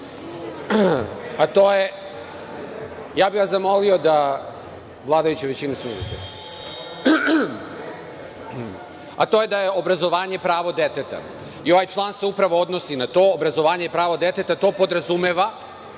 a to je… Zamolio bih vas da smirite vladajuću većinu.A to je da je obrazovanje pravo deteta. Ovaj član se upravo odnosi na to, obrazovanje je pravo deteta, to podrazumeva,